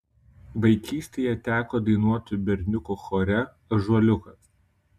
vaikystėje teko dainuoti berniukų chore ąžuoliukas